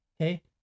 okay